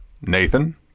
Nathan